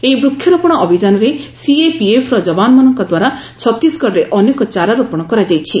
ଏହି ବୃକ୍ଷରୋପଣ ଅଭିଯାନରେ ସିଏପିଏଫ୍ର ଯବାନମାନଙ୍କ ଦ୍ୱାରା ଛତିଶଗଡ଼ରେ ଅନେକ ଚାରା ରୋପଣ କରାଯାଇଛି